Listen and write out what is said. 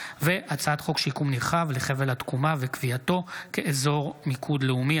הצעת חוק שיקום נרחב לחבל התקומה וקביעתו כאזור מיקוד לאומי,